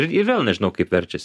ir vėl nežinau kaip verčiasi